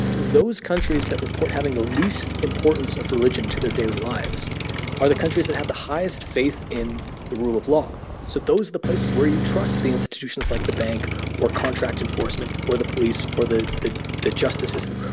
those countries that report having the least importance of religion to their daily lives are the countries that have the highest faith in the rule of law. so those are the places where you trust the institutions, like the bank or contract enforcement or the police or the the justice system.